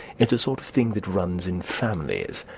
it's a sort of thing that runs in families.